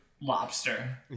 lobster